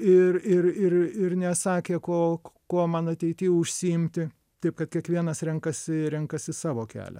ir ir ir ir nesakė ko kuo man ateity užsiimti taip kad kiekvienas renkasi renkasi savo kelią